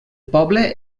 poble